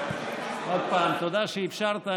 עוד פעם תודה על שאפשרת,